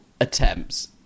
attempts